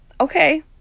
Okay